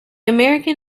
american